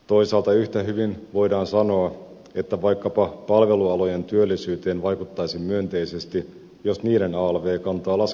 toisaalta yhtä hyvin voidaan sanoa että vaikkapa palvelualojen työllisyyteen vaikuttaisi myönteisesti jos niiden alv kantaa laskettaisiin